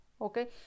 Okay